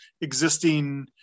existing